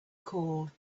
called